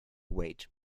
wait